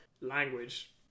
language